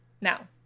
Now